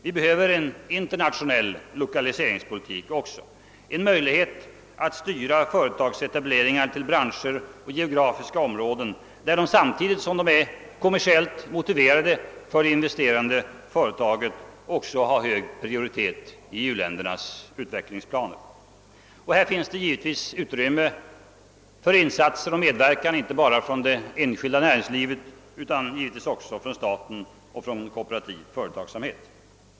Vi behöver en internationell lokaliseringspolitik också, en möjlighet att styra företagsetableringar till branscher och geografiska områden där de samtidigt som de är kommersiellt motiverade för det inves terande företaget också har hög prioritet i u-ländernas planer. Här finns givetvis utrymme för insatser och medverkan inte bara från det enskilda näringslivet utan också från staten och den kooperativa företagsamheten.